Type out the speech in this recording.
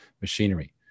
machinery